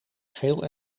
geel